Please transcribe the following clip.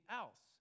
else